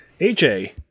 AJ